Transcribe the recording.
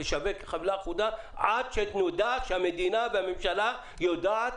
לשווק חבילה אחודה עד שהמדינה והממשלה יודעת